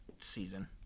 season